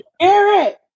Eric